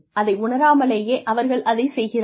அதை உணராமலேயே அவர்கள் அதைச் செய்கிறார்கள்